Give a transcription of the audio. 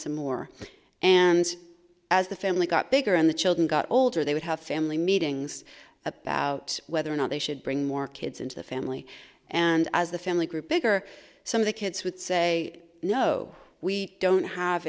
some more and as the family got bigger and the children got older they would have family meetings about whether or not they should bring more kids into the family and as the family grew bigger some of the kids would say no we don't have